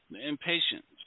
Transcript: impatience